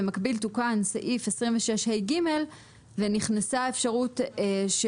במקביל תוקן סעיף 26ה(ג) ונכנסה אפשרות של